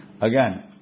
Again